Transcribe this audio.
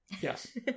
Yes